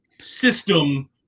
system